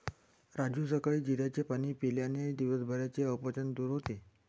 राजू सकाळी जिऱ्याचे पाणी प्यायल्याने दिवसभराचे अपचन दूर होते